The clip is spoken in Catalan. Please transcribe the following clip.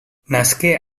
nasqué